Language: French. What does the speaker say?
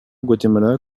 guatemala